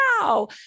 wow